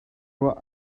ruah